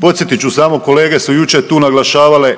Podsjetit ću samo, kolege su jučer tu naglašavale